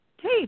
Hey